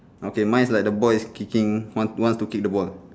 okay mine is like the boy is kicking want want to kick the ball